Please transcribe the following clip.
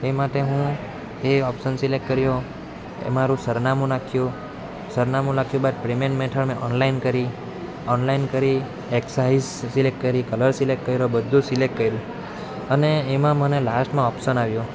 એ માટે હું એ ઓપ્શન સિલેક્ટ કર્યો મેં મારું સરનામું નાખ્યું સરનામું નાખ્યા બાદ પેમેન્ટ મેથડ મેં ઓનલાઈન કરી ઓનલાઈન કરી એક્સ સાઇઝ સિલેક્ટ કરી કલર સિલેક્ટ કર્યો બધું સિલેક્ટ કર્યું અને એમાં મને લાસ્ટમાં ઓપ્શન આવ્યો